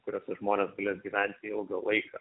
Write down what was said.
kuriose žmonės galės gyventi ilgą laiką